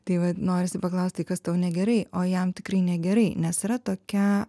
tai vat norisi paklausti kas tau negerai o jam tikrai negerai nes yra tokia